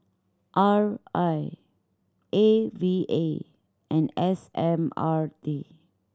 R I A V A and S M R T